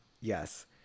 Yes